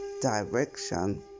direction